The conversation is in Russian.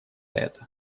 это